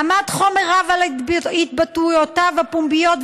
עמד חומר רב על התבטאויותיו הפומביות,